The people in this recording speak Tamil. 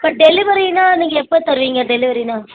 பட் டெலிவரினால் நீங்கள் எப்போ தருவீங்க டெலிவரினால்